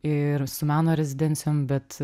ir su meno rezidencijom bet